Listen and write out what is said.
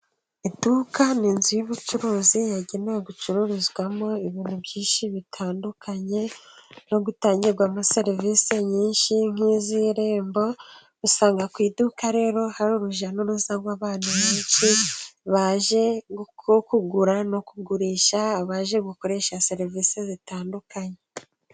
Iduka ni inzu y'ubucuruzi yagenewe gucururizwamo ibintu byinshi bitandukanye, no gutangirwamo serivisi nyinshi nk'iz'irembo. Usanga ku iduka rero hari urujya n'uruza rw'abantu benshi baje kugura no kugurisha, abaje gukoresha serivisi zitandukanye.